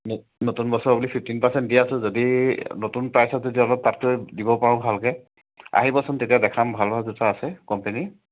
নতুন বছৰ বুলি ফিফ্টিন পাৰ্চেণ্ট দি আছোঁ যদি নতুন প্ৰাইচত যদি অলপ তাতকৈ দিব পাৰোঁ ভালকৈ আহিবচোন তেতিয়া দেখাম ভাল ভাল জোতা আছে কোম্পেনীৰ